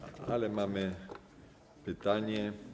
Ale mamy pytanie.